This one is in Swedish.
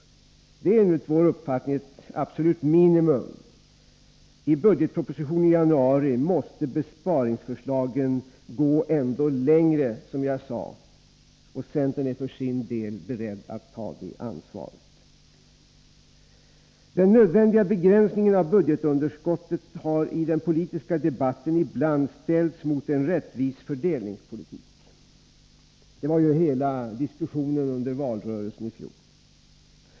Detta är enligt vår uppfattning ett absolut minimum. I budgetpropositionen i januari måste besparingsförslagen gå ännu längre. Centern är för sin del beredd att ta detta ansvar. Den nödvändiga begränsningen av budgetunderskottet har i den politiska debatten ibland ställts mot en rättvis fördelningspolitik. Detta handlade hela diskussionen om under valrörelsen i fjol.